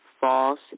false